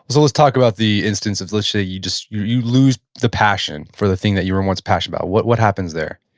let's talk about the instance of let's say you just, you lose the passion for the thing that you were and once passionate about. what what happens there?